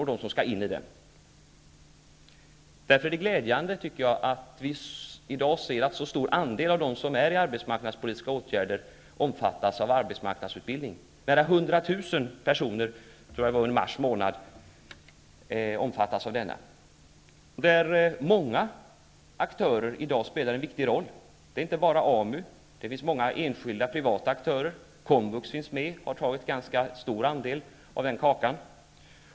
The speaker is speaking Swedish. Det är därför glädjande att se att en så stor andel av dem som i dag är föremål för arbetsmarknadspolitiska åtgärder omfattas av arbetsmarknadsutbildning. Nära 100 000 personer omfattades i mars månad av denna utbildning. Många aktörer spelar i dag en viktig roll inom detta område. Det är inte bara AMU, utan det finns också många enskilda privata aktörer. Komvux finns med och har tagit en ganska stor andel av kakan.